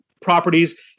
properties